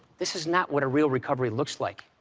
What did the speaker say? this is not what a real recovery looks like.